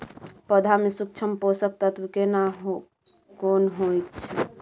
पौधा में सूक्ष्म पोषक तत्व केना कोन होय छै?